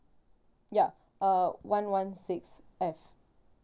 ya uh one one six F